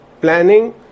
planning